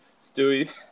Stewie